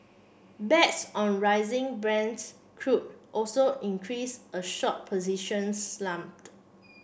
bets on rising Brent's crude also increased a short positions slumped